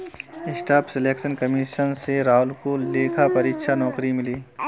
staff selection commission से राहुल को लेखा परीक्षक नौकरी मिली